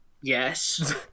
Yes